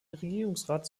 regierungsrat